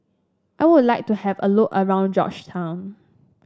I would like to have a look around Georgetown